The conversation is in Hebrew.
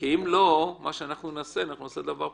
כי אם לא, אנחנו נעשה דבר פשוט.